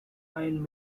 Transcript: iron